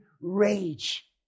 rage